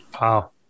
Wow